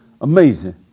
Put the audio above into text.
Amazing